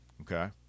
Okay